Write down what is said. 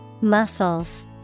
Muscles